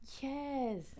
Yes